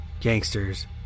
gangsters